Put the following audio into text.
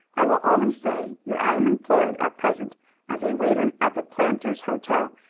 i will only say that i am employed at present as a waiter at the planters' hotel,